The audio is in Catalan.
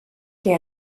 que